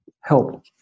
help